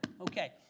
Okay